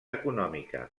econòmica